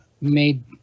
made